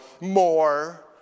more